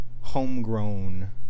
homegrown